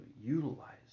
utilize